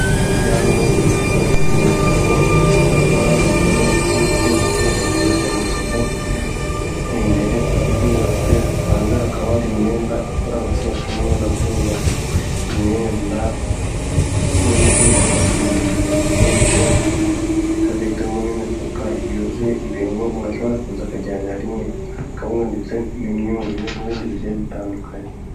Umuryango w'iduka ryo mu isoko hagakoraho abacuruza butike, ariko bagacururiza mu isoko imbere, isoko ryubatswe, hanze hakaba hari imyenda, aho abacuruzi b'imyenda bacuruza imyenda n'umucuruzi akaba acuruza ibintu byinsh,i afitemo n'imifuka yuzuye ibintu, umuntu ashobora kuza akajyanira rimwe akawunga ndetse n'imyunyu n'ibindi bintu bigiye bitandukanye.